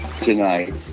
tonight